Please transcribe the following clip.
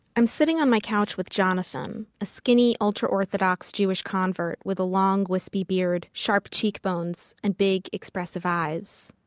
i'm sitting on my couch with jonathan, a skinny ultra-orthodox jewish convert with a long wispy beard, sharp cheekbones, and big, expressive eyes.